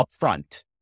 upfront